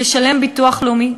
לשלם ביטוח לאומי,